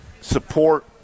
support